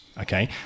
okay